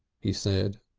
he said,